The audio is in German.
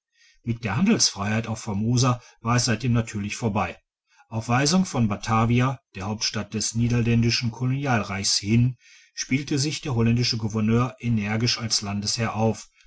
mit der handelsfreiheit auf formosa war es seitdem natürlich vorbei auf weisung von batavia der hauptstadt des niederländischen kolonialreiches hin spielte sich der holländische gouverneur energisch als landesherr auf